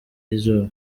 y’izuba